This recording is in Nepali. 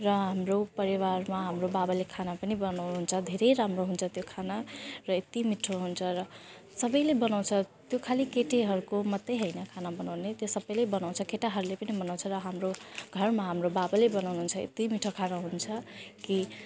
र हाम्रो परिवारमा हाम्रो बाबाले खाना पनि बनाउनुहुन्छ धेरै राम्रो हुन्छ त्यो खाना र यत्ति मिठो हुन्छ र सबैले बनाउँछ त्यो खालि केटीहरूको मात्रै होइन खाना बनाउने त्यो सबैले बनाउँछ केटाहरूले पनि बनाउँछ र हाम्रो घरमा हाम्रो बाबाले बनाउनुहुन्छ यति मिठो खाना हुन्छ कि